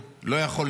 תשתוק.